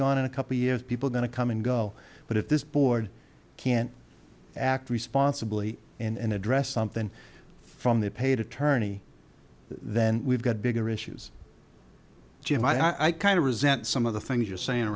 gone in a couple years people going to come and go but if this board can't act responsibly and address something from their paid attorney then we've got bigger issues jim i kind of resent some of the things you're saying